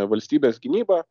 valstybės gynybą